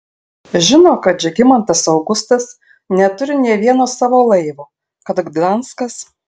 žino kad žygimantas augustas neturi nė vieno savo laivo kad gdanskas